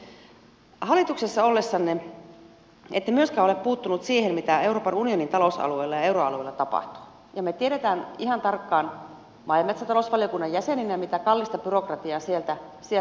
edustaja myllykoski hallituksessa ollessanne ette myöskään ole puuttuneet siihen mitä euroopan unionin talousalueella ja euroalueella tapahtuu ja me tiedämme ihan tarkkaan maa ja metsätalousvaliokunnan jäseninä mitä kallista byrokratiaa sieltä on tulossa